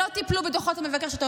לא טיפלו בדוחות המבקר של עמידר,